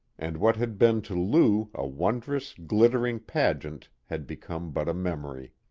and what had been to lou a wondrous, glittering pageant had become but a memory.